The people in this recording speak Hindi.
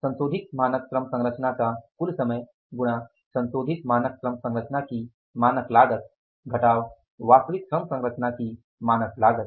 संशोधित मानक श्रम संरचना का कुल समय गुणा संशोधित मानक श्रम संरचना की मानक लागत घटाव वास्तविक श्रम संरचना की मानक लागत